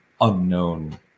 unknown